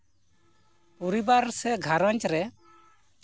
ᱯᱚᱨᱤᱵᱟᱨ ᱥᱮ ᱜᱷᱟᱸᱨᱚᱡᱽ ᱨᱮ